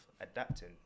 adapting